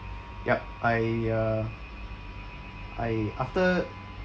yup I uh I after